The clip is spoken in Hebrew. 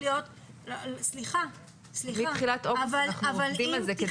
אנחנו עובדים על זה מתחילת אוגוסט כדי שזה יקרה.